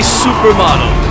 supermodel